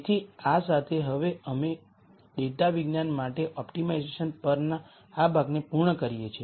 તેથી આ સાથે હવે અમે ડેટાવિજ્ઞાન માટે ઓપ્ટિમાઇઝેશન પરના આ ભાગને પૂર્ણ કરીએ છીએ